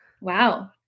Wow